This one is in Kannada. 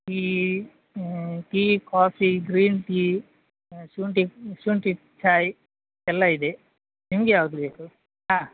tea tea coffee green tea ಶುಂಟಿ ಅ ಶುಂಟಿ ಚಾಯ್ ಎಲ್ಲಾ ಇದೆ ನಿಮಗೆ ಯಾವ್ದು ಬೇಕು ಹಾಂ